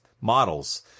models